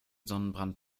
sonnenbrand